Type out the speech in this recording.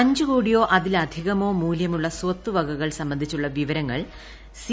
അഞ്ചു കോടിയോ അതിലധികമോ മൂല്യമുള്ള് സ്വത്തുവകകൾ സംബന്ധിച്ചുള്ള വിവരങ്ങൾ സി